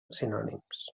sinònims